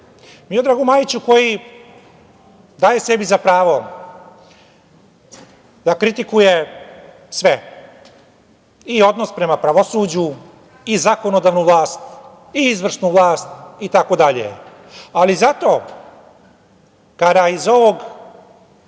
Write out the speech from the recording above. Miodragu Majiću koji daje sebi za pravo da kritikuje sve, i odnos prema pravosuđu, i zakonodavnu vlast, i izvršnu vlast itd, ali zato kada iz ovog